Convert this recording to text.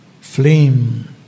flame